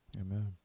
Amen